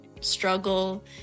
struggle